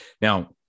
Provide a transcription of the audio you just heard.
Now